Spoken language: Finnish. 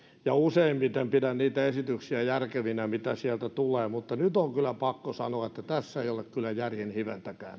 ja useimmiten pidän järkevinä niitä esityksiä mitä sieltä tulee mutta nyt on kyllä pakko sanoa että tässä komission kirjelmässä ei ole kyllä järjen hiventäkään